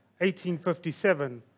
1857